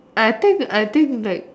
I think I think like